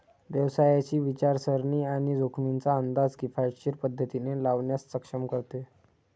व्यवसायाची विचारसरणी आणि जोखमींचा अंदाज किफायतशीर पद्धतीने लावण्यास सक्षम करते